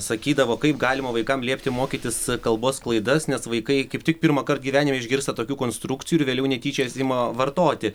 sakydavo kaip galima vaikam liepti mokytis kalbos klaidas nes vaikai kaip tik pirmąkart gyvenime išgirsta tokių konstrukcijų ir vėliau netyčia ima vartoti